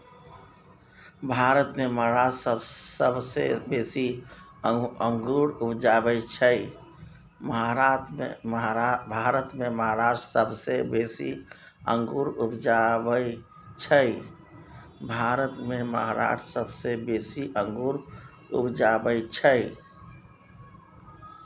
भारत मे महाराष्ट्र सबसँ बेसी अंगुर उपजाबै छै